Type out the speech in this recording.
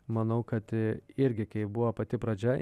manau kad irgi kai buvo pati pradžia